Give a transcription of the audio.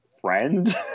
friend